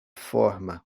forma